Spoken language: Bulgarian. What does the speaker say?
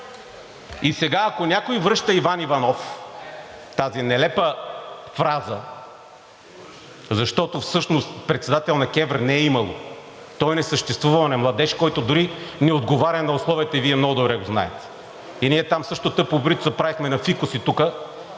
И сега, ако някой връща Иван Иванов – тази нелепа фраза, защото всъщност председател на КЕВР не е имало. Той не съществува – оня младеж, който дори не отговаря на условията и Вие много добре го знаете. Ние там също тъпо и упорито се правехме на фикуси тук,